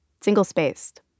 single-spaced